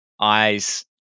eyes